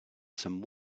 some